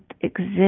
exist